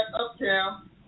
uptown